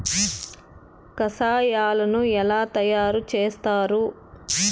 కషాయాలను ఎలా తయారు చేస్తారు?